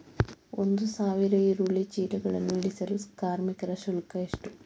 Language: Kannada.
ಒಂದು ಸಾವಿರ ಈರುಳ್ಳಿ ಚೀಲಗಳನ್ನು ಇಳಿಸಲು ಕಾರ್ಮಿಕರ ಶುಲ್ಕ ಎಷ್ಟು?